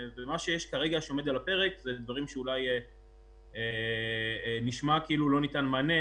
מה שכרגע עומד על הפרק זה דברים שאולי נשמע כאילו לא ניתן מענה,